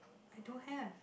I don't have